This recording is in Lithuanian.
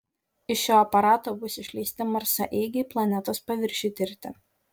iš šio aparato bus išleisti marsaeigiai planetos paviršiui tirti